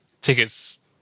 tickets